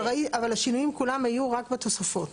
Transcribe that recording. אבל השינויים כולם היו רק בתוספות.